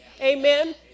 Amen